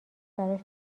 براش